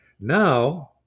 Now